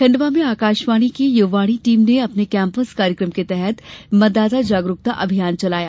खंडवा में आकाशवाणी की युववाणी टीम ने अपने कैम्पस कार्यक्रम के तहत मतदाता जागरूकता अभियान चलाया